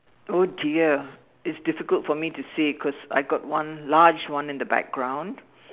oh dear it's difficult for me to say because I got one large one in the background